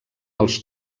els